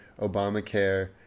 Obamacare